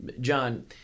John